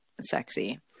sexy